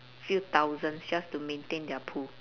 few thousands just to maintain their pool